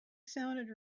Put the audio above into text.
sounded